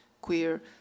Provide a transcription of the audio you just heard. queer